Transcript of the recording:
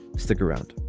stick around.